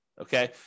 okay